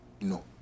No